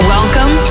Welcome